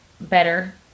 better